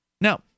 Now